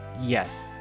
Yes